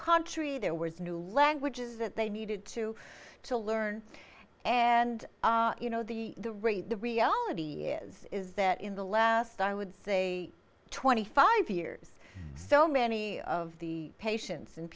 country there was new languages that they needed to to learn and you know the the rate the reality is is that in the last i would say twenty five years so many of the patients and